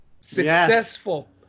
successful